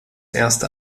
erste